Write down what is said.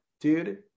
dude